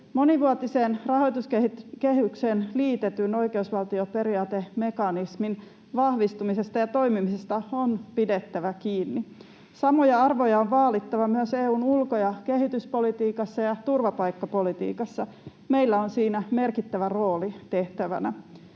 Monivuotiseen rahoituskehykseen liitetyn oikeusvaltioperiaatemekanismin vahvistumisesta ja toimimisesta on pidettävä kiinni. Samoja arvoja on vaalittava myös EU:n ulko- ja kehityspolitiikassa ja turvapaikkapolitiikassa. Meillä on siinä merkittävä rooli tehtävänä.